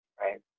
Right